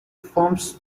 forms